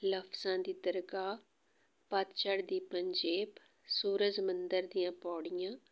ਲਫਜ਼ਾਂ ਦੀ ਦਰਗਾਹ ਪੱਤਝੜ ਦੀ ਪੰਜੇਬ ਸੂਰਜ ਮੰਦਰ ਦੀਆਂ ਪੌੜੀਆਂ